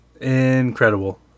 incredible